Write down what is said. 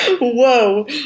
whoa